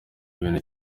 ibintu